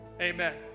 Amen